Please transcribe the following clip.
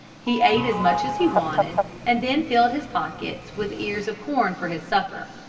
he ate as much as he wanted and then filled his pockets with ears of corn for his supper.